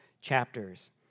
chapters